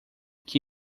que